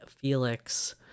Felix